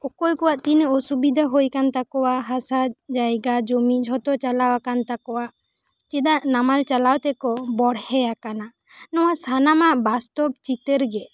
ᱚᱠᱚᱭ ᱠᱚᱣᱟᱜ ᱛᱤᱱᱟᱹᱜ ᱚᱥᱩᱵᱤᱫᱟ ᱦᱩᱭ ᱟᱠᱟᱱ ᱛᱟᱠᱚᱣᱟ ᱦᱟᱥᱟ ᱡᱟᱭᱜᱟ ᱡᱚᱢᱤ ᱡᱷᱚᱛᱚ ᱪᱟᱞᱟᱣ ᱟᱠᱟᱱ ᱛᱟᱠᱚᱣᱟ ᱪᱮᱫᱟᱜ ᱱᱟᱢᱟᱞ ᱪᱟᱞᱟᱣ ᱛᱮᱠᱚ ᱵᱚᱲᱦᱮ ᱭᱟᱠᱟᱱᱟ ᱱᱚᱣᱟ ᱥᱟᱱᱟᱢᱟᱜ ᱵᱟᱥᱛᱚᱵ ᱪᱤᱛᱟᱹᱨ ᱜᱮ